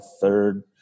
third